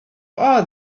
all